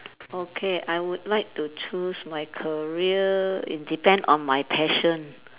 okay I would like to choose my career it depend on my passion